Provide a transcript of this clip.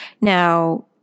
Now